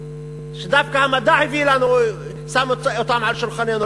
שדווקא המדע שם אותם על שולחננו,